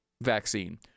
vaccine